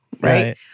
right